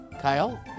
Kyle